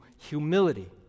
humility